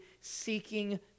seeking